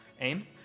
AIM